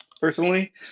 personally